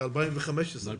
ב-2015.